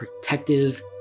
protective